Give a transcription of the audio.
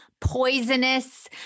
poisonous